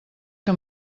que